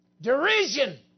Derision